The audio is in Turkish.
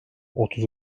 otuz